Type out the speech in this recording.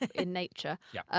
in nature. yeah.